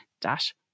dash